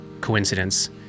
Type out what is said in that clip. coincidence